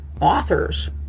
authors